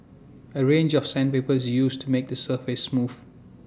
A range of sandpaper is used to make the surface smooth